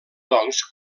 doncs